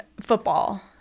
football